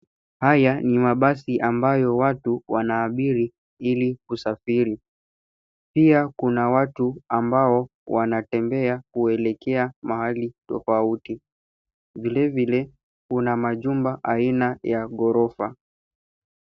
Haya ni mabasi ambayo watu wanaabiiri ili kisafiri. Pia kuna watu ambao wanatembea kuelekea mahali tofauti. Vile vile kuna majumba aina ya ghorofa.